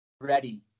ready